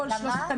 למה?